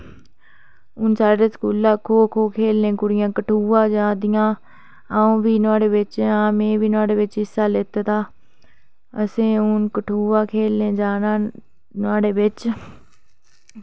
साढ़े स्कूला कुड़ियां खो खो खेल्लने गी कठुआ जा दियां अंऊ बी नुहाड़े बिच ऐं में बी नुहाड़े बिच हिस्सा लैते दा असें हून कठुआ खेल्लने गी जाना नुहाड़े बिच